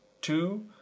Two